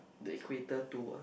the equator two ah